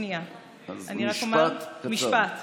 משפט קצר.